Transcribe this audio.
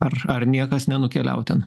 ar ar niekas nenukeliavo ten